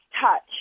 touch